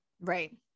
Right